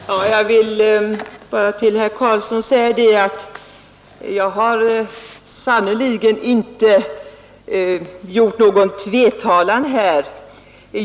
Herr talman! Jag vill bara till herr Karlsson i Huskvarna säga att jag har sannerligen inte gjort mig skyldig till någon tvetalan här.